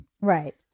Right